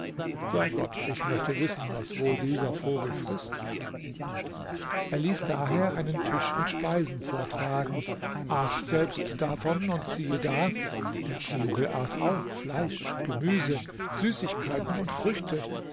bei gott ich möchte wissen was wohl dieser vogel frißt er ließ daher einen tisch mit speisen vortragen aß selbst davon und siehe da der vogel aß auch fleisch gemüse süßigkeiten und früchte